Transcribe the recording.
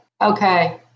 okay